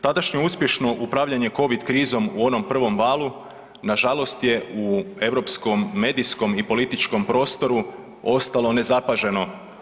Tadašnje uspješno upravljanje covid krizom u onom prvom valu na žalost je u europskom medijskom i političkom prostoru ostalo nezapaženo.